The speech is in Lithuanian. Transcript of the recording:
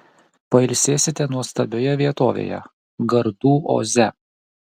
pailsėsite nuostabioje vietovėje gardų oze